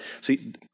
See